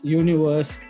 universe